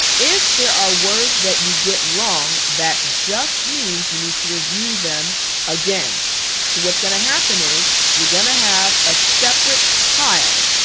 if there are words that you get wrong that just means you need to review them again so what's gonna happen is you're gonna have a separate pile.